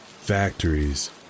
factories